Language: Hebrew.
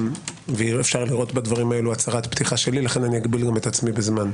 אם אפשר לראות בדברים אלו הצהרת פתיחה שלי לכן אגביל עצמי בזמן.